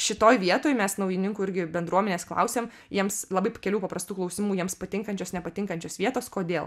šitoj vietoj mes naujininkų irgi bendruomenės klausėm jiems labai kelių paprastų klausimų jiems patinkančios nepatinkančios vietos kodėl